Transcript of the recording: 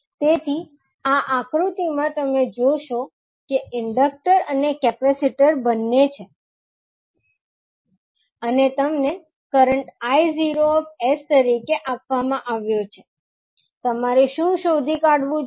તેથી આ આકૃતિમાં તમે જોશો કે ઇન્ડક્ટર અને કેપેસિટર બંને છે અને તમને કરંટ 𝐼𝑜𝑠 તરીકે આપવામાં આવ્યો છે તમારે શું શોધી કાઢવું જોઈએ